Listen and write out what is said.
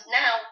now